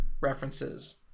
references